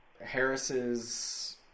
Harris's